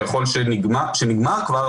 שיכול להיות שנגמר כבר,